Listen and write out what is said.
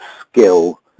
skill